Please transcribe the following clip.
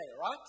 right